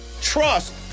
trust